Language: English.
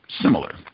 similar